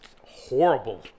horrible